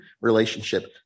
relationship